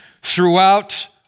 throughout